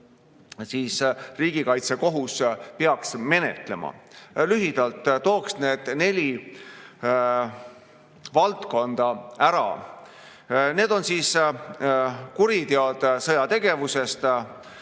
üks riigikaitsekohus peaks menetlema. Lühidalt toon need neli valdkonda ära. Need on kuriteod sõjategevusest,